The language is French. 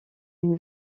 une